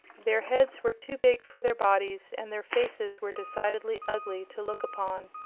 their heads were too big for their bodies and their faces were decidedly ugly to look upon.